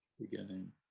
beginning